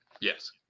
Yes